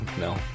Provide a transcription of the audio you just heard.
no